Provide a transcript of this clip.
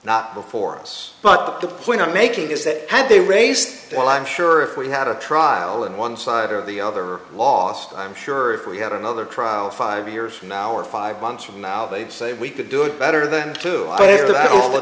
not before us but the point i'm making is that had they raised well i'm sure if we had a trial and one side or the other lost i'm sure if we had another trial five years from now or five months from now they'd say we could do it better than to